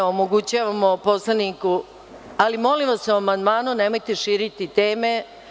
Omogućavamo poslaniku, ali molim vas govorite o amandmanu, nemojte širiti teme.